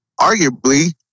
arguably